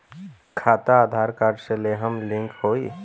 खाता आधार कार्ड से लेहम लिंक होई?